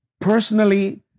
personally